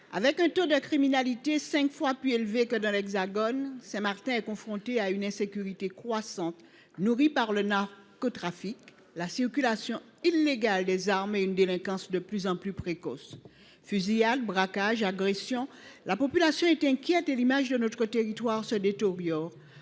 Avec un taux de criminalité cinq fois plus élevé que dans l’Hexagone, Saint Martin est confrontée à une insécurité croissante nourrie par le narcotrafic, la circulation illégale des armes et une délinquance de plus en plus précoce. Entre fusillades, braquages et agressions, la population est inquiète et l’image de notre territoire se détériore.